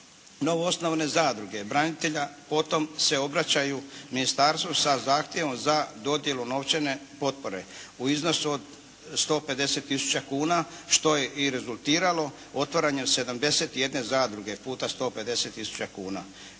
Novoosnovane zadruge branitelja potom se obraćaju Ministarstvu sa zahtjevom za dodjelu novčane potpore u iznosu od 150 tisuća kuna što je i rezultiralo otvaranju 71 zadruge puta 150 tisuća kuna.